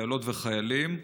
חיילות וחיילים,